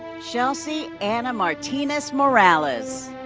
shalcie anna martinez morales.